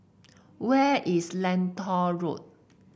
where is Lentor Road